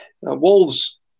Wolves